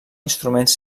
instruments